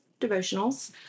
devotionals